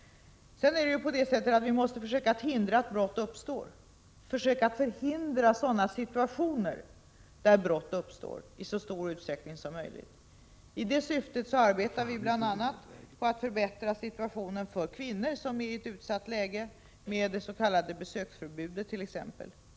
Vi måste också i så stor utsträckning som möjligt försöka förhindra att brott uppstår. I det syftet arbetar vi bl.a. på att förbättra situationen för kvinnor som befinner sig i ett utsatt läge. Jag tänker t.ex. på det s.k. besöksförbudet.